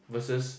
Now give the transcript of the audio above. versus